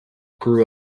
grew